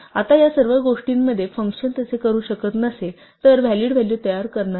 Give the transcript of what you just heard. आता या सर्व गोष्टींमध्ये फंक्शन तसे करू शकत नसेल तर व्हॅलिड व्हॅलू तयार करणार नाही